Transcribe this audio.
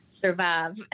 survive